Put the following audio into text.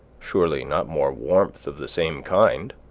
surely not more warmth of the same kind,